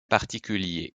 particulier